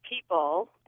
people